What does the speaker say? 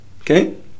okay